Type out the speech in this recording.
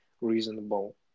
reasonable